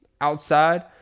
outside